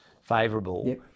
favourable